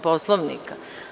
Poslovnika?